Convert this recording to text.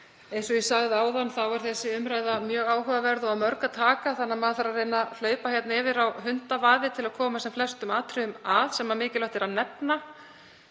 Eins og ég sagði áðan er þessi umræða mjög áhugaverð og af mörgu að taka. Maður þarf því að reyna að hlaupa yfir málið á hundavaði til að koma sem flestum atriðum að sem mikilvægt er að nefna.